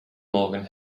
morgan